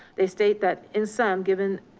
they state that in sum given,